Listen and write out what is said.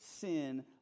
sin